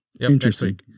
interesting